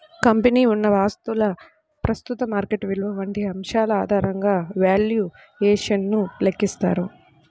కంపెనీకి ఉన్న ఆస్తుల ప్రస్తుత మార్కెట్ విలువ వంటి అంశాల ఆధారంగా వాల్యుయేషన్ ను లెక్కిస్తారు